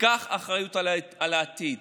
קח אחריות על העתיד.